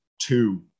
two